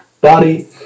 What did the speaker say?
body